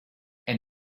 and